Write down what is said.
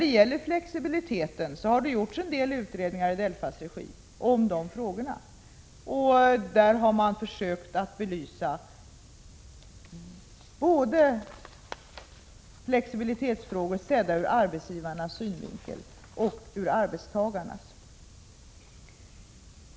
I DELFA:s regi har det exempelvis gjorts en del utredningar kring de frågor som rör flexibiliteten, och DELFA har då försökt belysa dessa frågor sedda både ur arbetsgivarnas och ur arbetstagarnas synvinkel.